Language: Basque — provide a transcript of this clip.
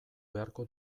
beharko